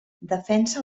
defensa